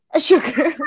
Sugar